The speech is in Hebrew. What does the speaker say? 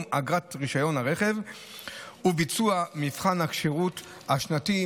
אגרת רישיון הרכב וביצוע מבחן הכשירות השנתי,